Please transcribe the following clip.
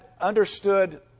understood